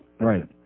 Right